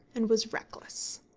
and was reckless.